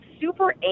super